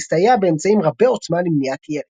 ויסתייע באמצעים רבי-עוצמה למניעת ירי".